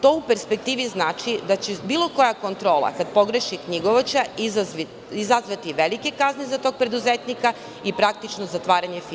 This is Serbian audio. To u perspektivi znači da će bilo koja kontrola, kada pogreši knjigovođa, izazvati velike kazne za tog preduzetnika i praktično zatvaranje firmi.